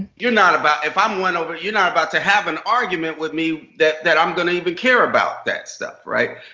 you're not about if i'm won over you're not about to have an argument with me that that i'm gonna even care about that stuff. right?